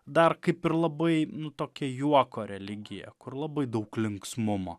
dar kaip ir labai nu tuokią juoko religiją kur labai daug linksmumo